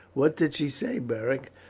what did she say, beric?